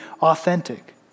authentic